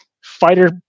fighter